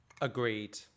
Agreed